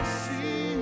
see